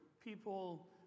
people